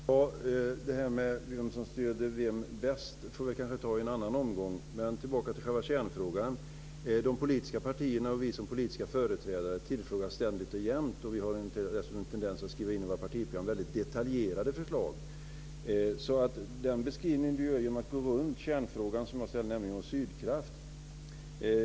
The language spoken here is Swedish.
Herr talman! Det här med vem som stöder vem bäst får vi kanske ta i en annan omgång. Men tillbaka till själva kärnfrågan. De politiska partierna och vi som politiska företrädare tillfrågas ständigt och jämt - och vi har dessutom en tendens att skriva in det i våra partiprogram - om mycket detaljerade förslag. Inger Strömbom ger en beskrivning genom att gå runt kärnfrågan som jag ställde om Sydkraft.